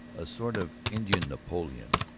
a sort of indian napoleon,